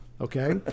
okay